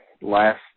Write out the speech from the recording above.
last –